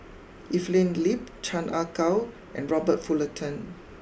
Evelyn Lip Chan Ah Kow and Robert Fullerton